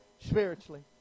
spiritually